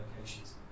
locations